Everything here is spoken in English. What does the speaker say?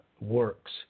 works